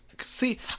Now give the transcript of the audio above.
See